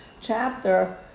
chapter